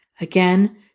Again